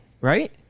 Right